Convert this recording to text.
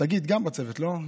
שגית גם בצוות, לא?